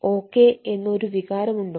okay എന്ന് ഒരു വികാരം ഉണ്ടോ